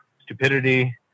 stupidity